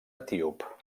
etíop